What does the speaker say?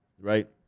right